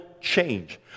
change